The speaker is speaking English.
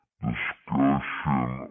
discussion